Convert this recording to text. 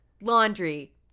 Laundry